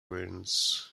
wounds